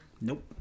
Nope